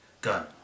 gun